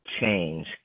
change